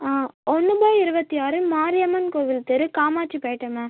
ஆ ஒன்று பை இருபத்தி ஆறு மாரியம்மன் கோவில் தெரு காமாட்சி பேட்டைம்மா